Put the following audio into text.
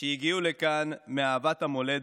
שהגיעו לכאן מאהבת המולדת,